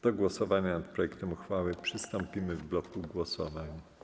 Do głosowania nad projektem uchwały przystąpimy w bloku głosowań.